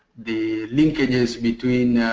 the linkages between